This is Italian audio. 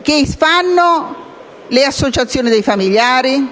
dalle associazioni dei familiari,